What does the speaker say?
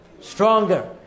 stronger